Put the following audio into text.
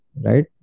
right